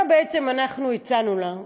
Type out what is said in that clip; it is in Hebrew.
מה אנחנו הצענו לה?